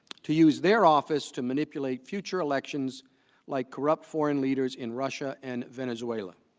to use their office to manipulate future elections like corrupt foreign leaders in russia and venezuela